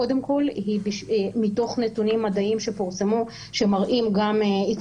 קודם כל מתוך נתונים מדעיים שפורסמו שמראים גם את